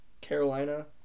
Carolina